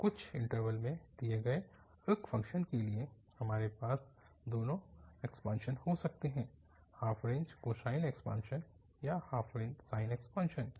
तो कुछ इन्टरवल में दिए गए एक फ़ंक्शन के लिए हमारे पास दोनों एक्सपांशन हो सकते हैं हाफ रेंज कोसाइन एक्सपांशन या हाफ रेंज साइन एक्सपांशन